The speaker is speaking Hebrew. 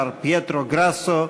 מר פייֶטרו גראסו,